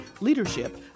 leadership